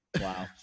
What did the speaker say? Wow